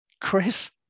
Chris